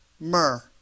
Myrrh